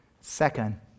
Second